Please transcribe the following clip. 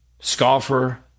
Scoffer